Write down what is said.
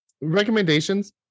recommendations